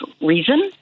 reason